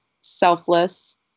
selfless